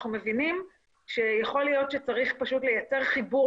אנחנו מבינים שיכול להיות שצריך פשוט לייצר חיבור